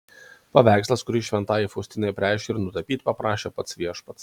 paveikslas kurį šventajai faustinai apreiškė ir nutapyti paprašė pats viešpats